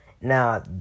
Now